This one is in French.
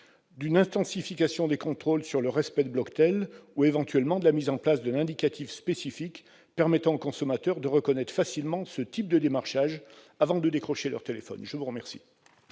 d'une intensification des contrôles sur le respect du dispositif Bloctel, ou encore de la mise en place d'un indicatif spécifique permettant aux consommateurs de reconnaître facilement ce type de démarchage avant de décrocher leur téléphone. La parole